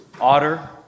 Otter